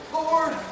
Lord